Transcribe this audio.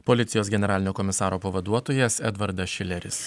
policijos generalinio komisaro pavaduotojas edvardas šileris